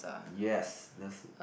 yes that's